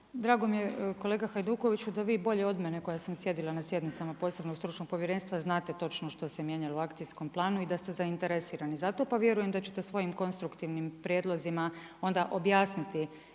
Drago mi je kolega Hajdukoviću da vi bolje od mene koja sam sjedila na sjednicama posebnog stručnog povjerenstva, znate točno što se mijenjalo u akcijskom planu i da ste zainteresirani za to, pa vjerujem da ćete svojim konstruktivnim prijedlozima onda objasniti